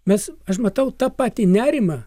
mes aš matau tą patį nerimą